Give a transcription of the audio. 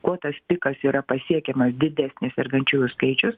kuo tas pikas yra pasiekiamas didesnis sergančiųjų skaičius